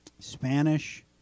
Spanish